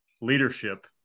leadership